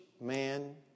man